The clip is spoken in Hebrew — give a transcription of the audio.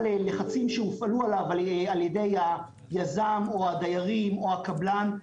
לחצים שהופעלו עליו על-ידי היזם או הדיירים או הקבלן,